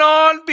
on